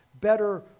better